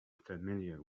familiar